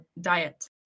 diet